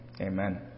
Amen